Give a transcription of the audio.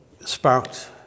sparked